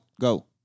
go